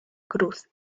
cruz